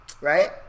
Right